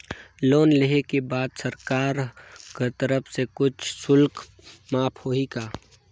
Loan लेहे के बाद सरकार कर तरफ से कुछ शुल्क माफ होही का?